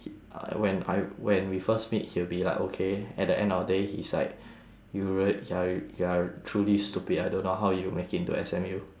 uh when I when we first meet he will be like okay at the end of the day he's like you rea~ you're you're truly stupid I don't how you make it into S_M_U